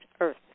Earth